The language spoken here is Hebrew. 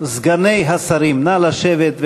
סגני השרים, סגני השרים, נא לשבת.